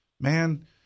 man